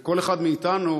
כל אחד מאתנו,